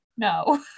No